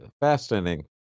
fascinating